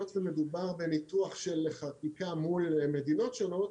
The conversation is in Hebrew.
היות ומדובר בניתוח של חקיקה מול מדינות שונות,